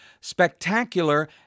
spectacular